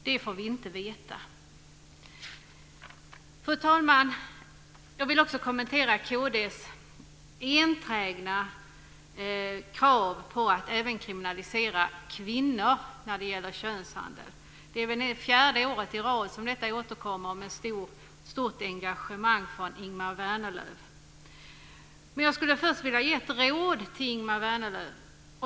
Det får vi inte veta. Fru talman! Jag vill också kommentera kd:s enträgna krav på att även kriminalisera kvinnor vid könshandel. Det är nu fjärde året i rad som detta krav återkommer med stort engagemang från Ingemar Vänerlöv. Jag skulle först vilja ge ett råd till Ingemar Vänerlöv.